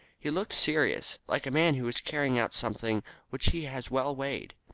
he looked serious, like a man who is carrying out something which he has well weighed.